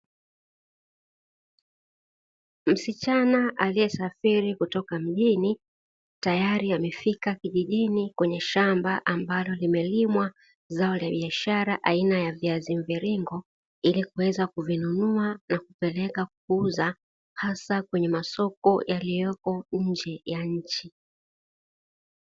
Msichana aliyesafiri kutoka mjini, tayari amefika kijijini kwenye shamba ambalo limelimwa zao la biashara aina ya viazi mviringo, ili kuweza kuvinunua na kupeleka kuuza, hasa kwenye masoko yaliyopo nje ya nchi.